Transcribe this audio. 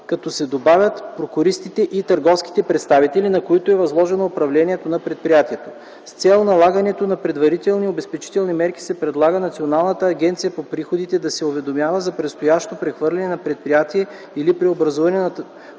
като се добавят прокуристите и търговските представители, на които е възложено управлението на предприятието. С цел налагането на предварителни обезпечителни мерки се предлага Националната агенция за приходите да се уведомява за предстоящо прехвърляне на предприятие или преобразуване по Търговския